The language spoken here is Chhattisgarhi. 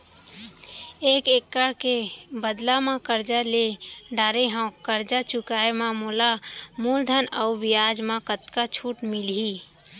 एक एक्कड़ के बदला म करजा ले डारे हव, करजा चुकाए म मोला मूलधन अऊ बियाज म कतका छूट मिलही?